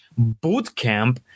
bootcamp